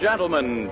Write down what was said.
Gentlemen